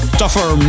tougher